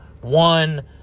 one